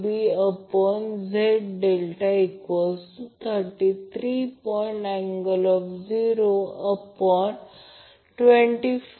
तर याचा अर्थ हा एक Vab Vab हा प्रत्यक्षात हा भाग Vab 2 आहे तो अर्धा आहे तो समभुज त्रिकोण आहे